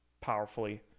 powerfully